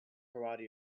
karate